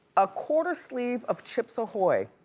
a quarter sleeve of chips ahoy!